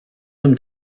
them